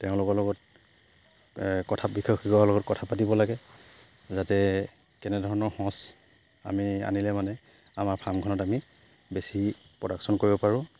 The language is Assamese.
তেওঁলোকৰ লগত কথা বিশেষ লগত কথা পাতিব লাগে যাতে কেনেধৰণৰ সঁচ আমি আনিলে মানে আমাৰ ফাৰ্মখনত আমি বেছি প্ৰডাকশ্যন কৰিব পাৰোঁ